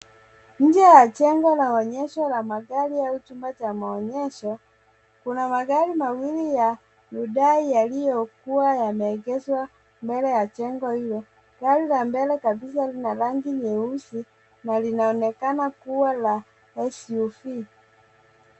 Nje ya jengo inaonyeshwa na magari au jumba cha maonyesho, kuna magari mawili ya Hyundai yaliyokua yameegezwa mbele ya jengo hilo. Gari ya mbele kabisa ina rangi nyeusi na linaonekana kua la SUV.